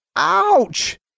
Ouch